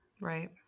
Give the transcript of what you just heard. right